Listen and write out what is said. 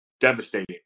Devastating